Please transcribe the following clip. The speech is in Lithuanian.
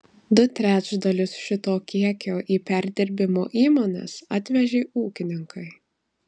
du trečdalius šito kiekio į perdirbimo įmones atvežė ūkininkai